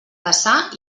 caçar